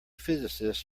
physicists